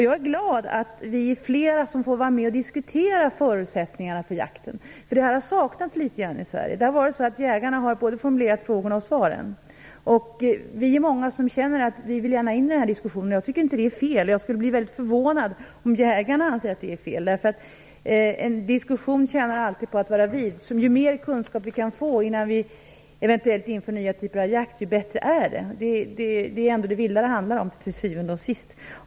Jag är glad att flera får vara med och diskutera förutsättningarna för jakten, för det har saknats litet i Sverige. Det har varit så att jägarna har formulerat både frågorna och svaren. Vi är många som känner att vi gärna vill vara med i den här diskussionen. Jag tycker inte att det är fel, och jag skulle bli väldigt förvånad om jägarna anser att det är fel. En diskussion tjänar alltid på att vara vid. Ju mer kunskap vi kan få innan vi eventuellt inför nya typer av jakt, desto bättre är det. Det är ändå viltet det handlar om, till syvende och sist.